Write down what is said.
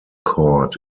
court